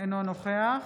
אינו נוכח